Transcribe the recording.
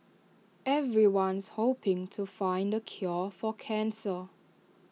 everyone's hoping to find the cure for cancer